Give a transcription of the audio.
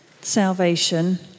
salvation